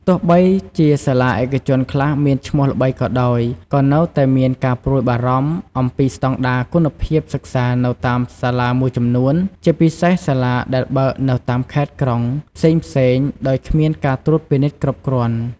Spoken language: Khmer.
ទោះបីជាសាលាឯកជនខ្លះមានឈ្មោះល្បីក៏ដោយ ក៏នៅតែមានការព្រួយបារម្ភអំពីស្តង់ដារគុណភាពសិក្សានៅតាមសាលាមួយចំនួន ជាពិសេសសាលាដែលបើកនៅតាមខេត្តក្រុងផ្សេងៗ ដោយគ្មានការត្រួតពិនិត្យគ្រប់គ្រាន់។